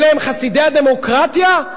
אלה הם חסידי הדמוקרטיה?